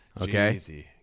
Okay